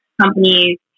companies